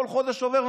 כל חודש עובר,